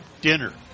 dinner